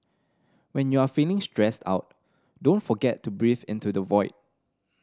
when you are feeling stressed out don't forget to breathe into the void